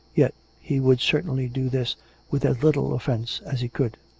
yet he would certainly do this with as little offence as he could.